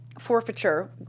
forfeiture